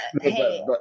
hey